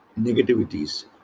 negativities